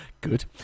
Good